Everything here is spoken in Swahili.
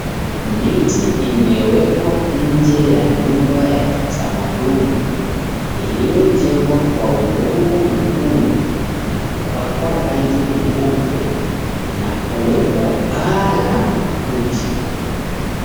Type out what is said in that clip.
Miti imewekwa nje ya nyumba ya kitamaduni iliyojengwa kwa udongo mwekundu na kupakwa rangi nyeupe na kuwekwa paa la makuti.